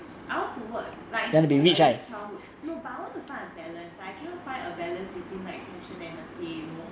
I want to work like interested in early childhood no but I want to find a balance I cannot find a balance between like passion and the pay you know